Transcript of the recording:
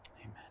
Amen